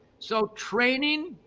so training,